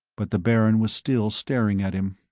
but the baron was still staring at him.